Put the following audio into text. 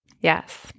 Yes